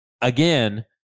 Again